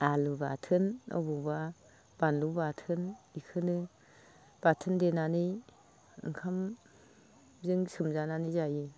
आलु बाथोन अबावबा बानलु बाथोन बेखौनो बाथोन देनानै ओंखामजों सोमजानानै जायो